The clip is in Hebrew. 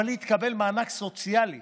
אבל היא תקבל מענק סוציאלי